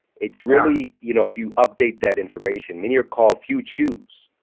it's really, you know if you update that information, many are called few choose.